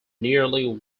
nearly